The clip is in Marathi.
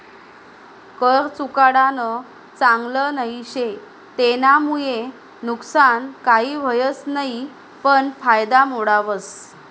कर चुकाडानं चांगल नई शे, तेनामुये नुकसान काही व्हस नयी पन कायदा मोडावस